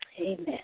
Amen